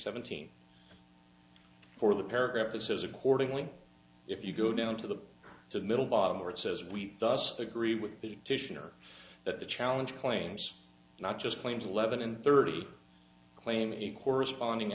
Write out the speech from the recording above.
seventeen for the paragraph that says accordingly if you go down to the to middle bottom where it says we must agree with the titian or that the challenge claims not just claims eleven and thirty claiming a corresponding